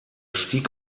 stieg